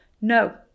no